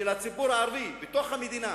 גשר לערביי ארץ-ישראל.